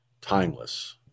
timeless